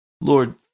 Lord